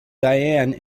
diane